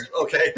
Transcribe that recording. Okay